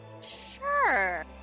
Sure